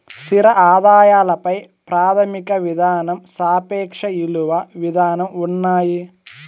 స్థిర ఆదాయాల పై ప్రాథమిక విధానం సాపేక్ష ఇలువ విధానం ఉన్నాయి